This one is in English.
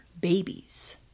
babies